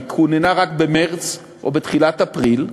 היא כוננה רק במרס או בתחילת אפריל,